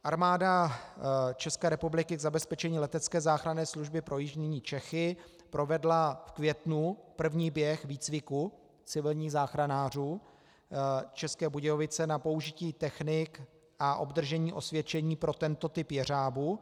Armáda ČR k zabezpečení letecké záchranné služby pro jižní Čechy provedla v květnu první běh výcviku civilních záchranářů České Budějovice na použití technik a obdržení osvědčení pro tento typ jeřábu.